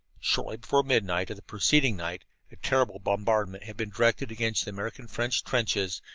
shortly before midnight of the preceding night a terrible bombardment had been directed against the american-french trenches,